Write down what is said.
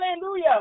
hallelujah